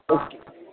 okay